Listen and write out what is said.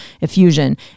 effusion